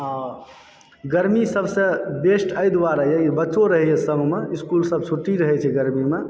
आ गरमी सबसे बेस्ट एहि दुआरे यऽ बच्चो रहैया संग मे इसकुल सभ छुट्टी रहै छै गरमी मे